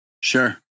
Sure